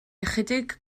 ychydig